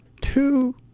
two